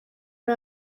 ari